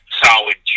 solid